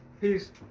peace